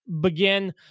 begin